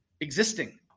existing